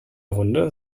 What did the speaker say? runde